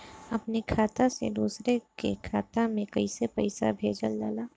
अपने खाता से दूसरे के खाता में कईसे पैसा भेजल जाला?